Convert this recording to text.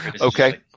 Okay